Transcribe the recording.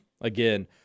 again